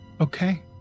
Okay